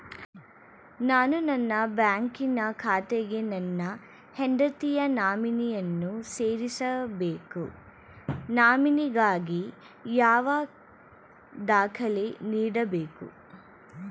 ನಾನು ನನ್ನ ಬ್ಯಾಂಕಿನ ಖಾತೆಗೆ ನನ್ನ ಹೆಂಡತಿಯ ನಾಮಿನಿಯನ್ನು ಸೇರಿಸಬೇಕು ನಾಮಿನಿಗಾಗಿ ಯಾವ ದಾಖಲೆ ನೀಡಬೇಕು?